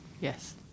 yes